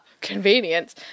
convenience